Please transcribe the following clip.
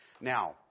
Now